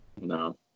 No